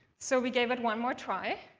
so we gave it one more try,